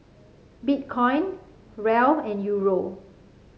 Bitcoin Riel and Euro